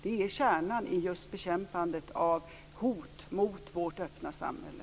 Det är kärnan i just bekämpandet av hot mot vårt öppna samhälle.